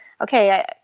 okay